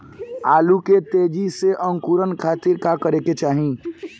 आलू के तेजी से अंकूरण खातीर का करे के चाही?